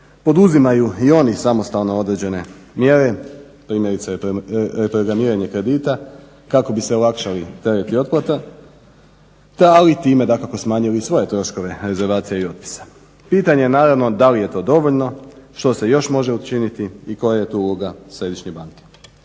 Poduzimaju i oni samostalno određene mjere, primjerice reprogramiranje kredita kako bi se olakšali tereti otplata te ali i time dakako smanjili svoje troškove rezervacije i otpisa. Pitanje je naravno da li je to dovoljno, što se još može učiniti i koja je tu uloga Središnje banke?